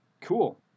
Cool